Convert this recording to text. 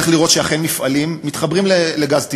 צריך לראות שאכן מפעלים מתחברים לגז טבעי.